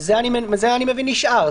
זה אני מבין נשאר?